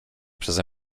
przeze